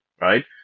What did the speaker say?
right